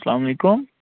السَلامُ علیکُم